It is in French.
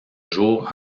jour